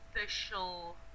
official